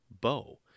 bow